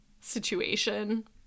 situation